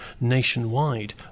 nationwide